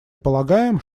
полагаем